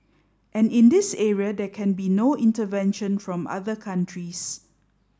and in this area there can be no intervention from other countries